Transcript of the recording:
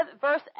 verse